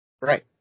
Right